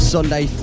Sunday